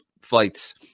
flights